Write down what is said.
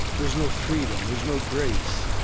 there's no freedom, there's no grace,